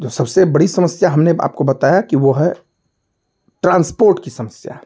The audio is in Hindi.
जो सबसे बड़ी समस्या हमने आपको बताया कि वह है ट्रांसपोर्ट की समस्या